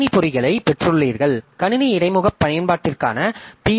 கணினி பொறிகளைப் பெற்றுள்ளீர்கள் கணினி இடைமுக பயன்பாட்டிற்கான பி